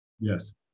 Yes